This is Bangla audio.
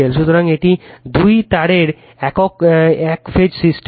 সুতরাং এটি দুটি তারের একক ফেজ সিস্টেম